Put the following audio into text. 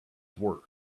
work